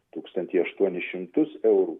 tūkstantį aštuonis šimtus eurų